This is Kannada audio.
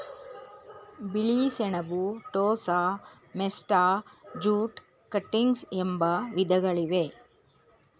ಬಿಳಿ ಸೆಣಬು, ಟೋಸ, ಮೆಸ್ಟಾ, ಜೂಟ್ ಕಟಿಂಗ್ಸ್ ಎಂಬ ವಿಧಗಳಿವೆ